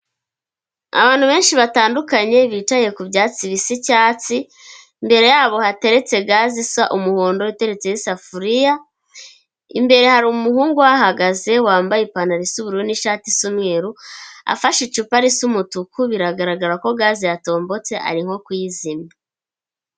Abantu benshi batandukanye bicaye ku byatsi bisa icyatsi, mbere yabo hateretse gaze isa umuhondo iteretseho isafuriya, imbere hari umuhungu ahahagaze wambaye ipantaro y'ubururu n'ishati y'umweru, afashe icupa risa umutuku, biragaragara ko gaze yatombotse ari nko kuyizimya.